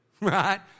Right